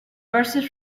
verses